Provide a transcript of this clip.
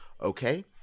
Okay